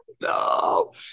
no